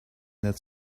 that